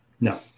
No